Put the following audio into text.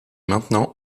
maintenant